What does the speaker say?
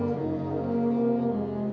oh